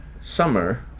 summer